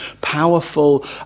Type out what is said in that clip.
powerful